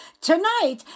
tonight